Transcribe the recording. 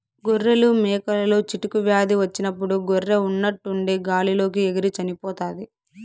గొర్రెలు, మేకలలో చిటుకు వ్యాధి వచ్చినప్పుడు గొర్రె ఉన్నట్టుండి గాలి లోకి ఎగిరి చనిపోతాది